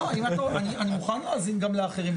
לא, אני מוכן להאזין גם לאחרים.